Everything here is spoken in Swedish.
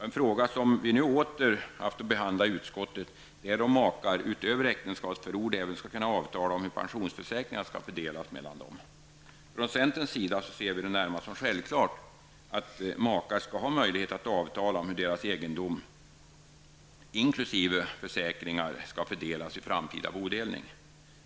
En fråga som vi nu åter har haft att behandla i utskottet är om makar utöver äktenskapsförord även skall kunna avtala om hur pensionsförsäkringar skall fördelas mellan dem. Från centerns sida ser vi det närmast som självklart att makar skall ha möjlighet att avtala om hur deras egendom, inkl. försäkringar, skall fördelas vid framtida bodelning.